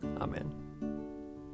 Amen